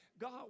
God